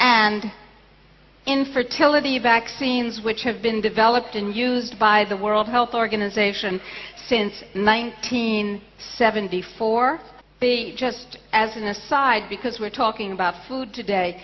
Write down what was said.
and infertility vaccines which have been developed and used by the world health organization since nineteen seventy four just as an aside because we're talking about food today